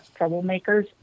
troublemakers